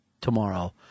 tomorrow